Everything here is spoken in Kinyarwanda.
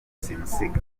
simusiga